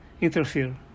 interfere